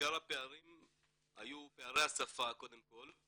עיקר הפערים היו פערי השפה קודם כל,